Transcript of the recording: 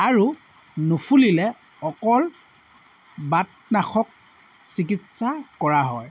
আৰু নুফুলিলে অকল বাতনাশক চিকিৎসা কৰা হয়